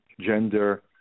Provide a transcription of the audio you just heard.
gender